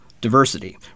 diversity